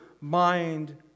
mind